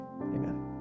Amen